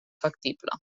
factible